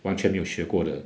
完全没有学过的